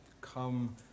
Come